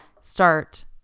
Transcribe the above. start